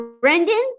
Brendan